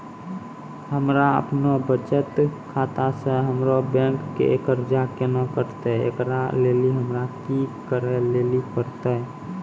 हमरा आपनौ बचत खाता से हमरौ बैंक के कर्जा केना कटतै ऐकरा लेली हमरा कि करै लेली परतै?